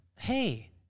hey